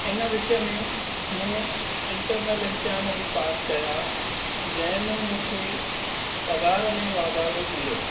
इन विच में मूं इंटरनल इम्तिहान बि पास कया जंहिं में मूंखे पघार में वाधारो मिलियो